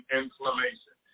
inflammation